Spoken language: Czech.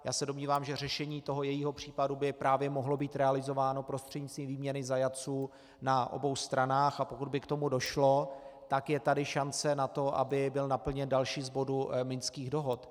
Já se domnívám, že řešení jejího případu by právě mohlo být realizováno prostřednictvím výměny zajatců na obou stranách, a pokud by k tomu došlo, tak je tady šance na to, aby byl naplněn další z bodů minských dohod.